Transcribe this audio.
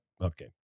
okay